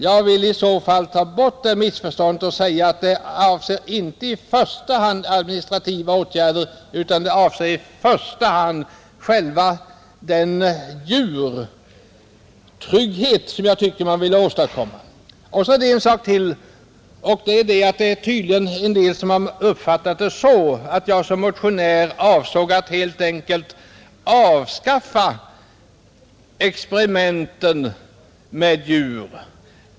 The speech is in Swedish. Jag vill undanröja detta missförstånd och säga att det inte i första hand gäller administrativa åtgärder utan själva tryggheten för djuren. Flera tycks ha fått den uppfattningen att jag som motionär avsåg att helt enkelt avskaffa experimenten med djur.